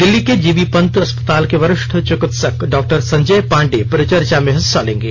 दिल्ली के जीबी पंत अस्पताल के वरिष्ठ चिकित्सक डॉक्टर संजय पाण्डेय परिचर्चा में हिस्सा लेंगे